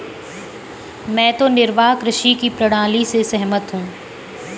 मैं तो निर्वाह कृषि की प्रणाली से सहमत हूँ